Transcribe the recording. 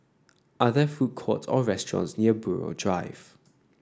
are there food courts or restaurants near Buroh Drive